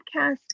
podcast